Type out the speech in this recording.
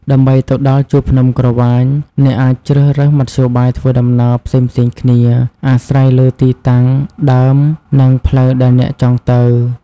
ដើម្បីទៅដល់ជួរភ្នំក្រវាញ អ្នកអាចជ្រើសរើសមធ្យោបាយធ្វើដំណើរផ្សេងៗគ្នា អាស្រ័យលើទីតាំងដើម និងផ្លូវដែលអ្នកចង់ទៅ។